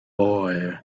boy